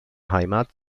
heimat